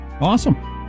awesome